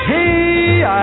Hey